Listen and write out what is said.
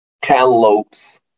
Cantaloupes